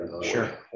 Sure